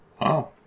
Wow